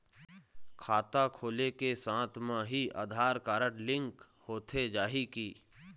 खाता खोले के साथ म ही आधार कारड लिंक होथे जाही की?